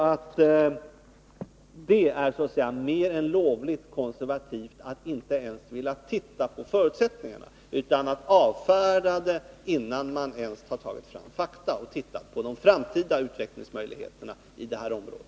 Jag tycker alltså att det är mer än lovligt konservativt att inte ens vilja se på förutsättningarna utan avfärda det hela, innan man ens har tagit fram fakta och sett på de framtida utvecklingsmöjligheterna i området.